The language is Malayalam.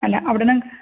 അല്ല അവിടുന്ന്